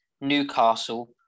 Newcastle